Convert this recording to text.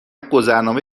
گذرنامه